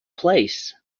place